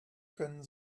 können